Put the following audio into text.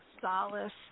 solace